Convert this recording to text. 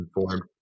informed